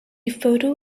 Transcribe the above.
photo